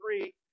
three